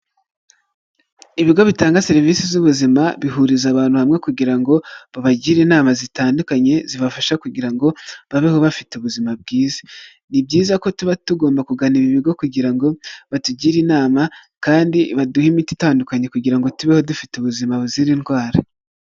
Ibigo bitanga serivisi z'ubuzima, bihuriza abantu hamwe kugira ngo babagire inama zitandukanye, zibafasha kugira ngo babeho bafite ubuzima bwiza, ni byiza ko tuba tugomba kugana ibi bigo kugira ngo batugire inama, kandi baduhe imiti itandukanye kugira ngo tubeho dufite ubuzima buzira indwara.